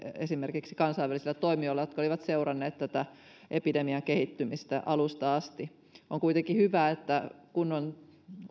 esimerkiksi kansainvälisillä toimijoilla jotka olivat seuranneet tätä epidemian kehittymistä alusta asti on kuitenkin hyvä että kun on